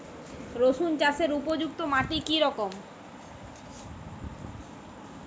রুসুন চাষের উপযুক্ত মাটি কি রকম?